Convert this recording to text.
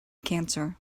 cancer